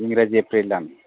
इंराजि एप्रिल दान